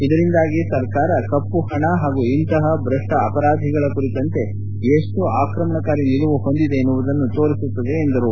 ಇದರಿಂದಾಗಿ ಸರ್ಕಾರ ಕಪ್ಪು ಹಣ ಹಾಗೂ ಇಂತಹಾ ಭ್ರಷ್ವ ಅಪರಾಧಿಗಳ ಕುರಿತಂತೆ ಎಷ್ವು ಆಕ್ರಮಣಕಾರಿ ನಿಲುವು ಹೊಂದಿದೆ ಎನ್ನುವುದು ಸ್ಪ ಷ್ವವಾಗಲಿದೆ ಎಂದರು